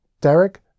Derek